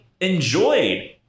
enjoyed